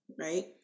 right